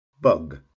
bug